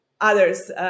others